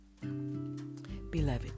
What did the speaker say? Beloved